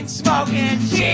smoking